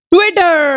Twitter